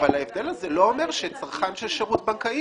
אבל ההבדל הזה לא אומר שצרכן של שירות בנקאי